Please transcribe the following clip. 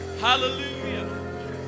Hallelujah